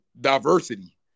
diversity